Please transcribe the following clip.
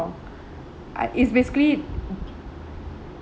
I it's basically